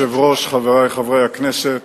חבר הכנסת